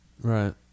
right